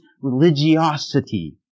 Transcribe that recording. religiosity